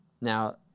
Now